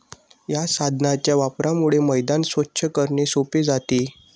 या साधनाच्या वापरामुळे मैदान स्वच्छ करणे सोपे जाते